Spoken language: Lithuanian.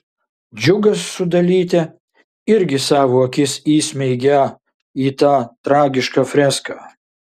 džiugas su dalyte irgi savo akis įsmeigią į tą tragišką freską